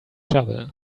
shovel